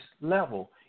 level